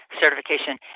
certification